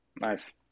Nice